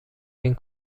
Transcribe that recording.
این